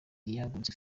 yahagurutse